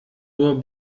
nur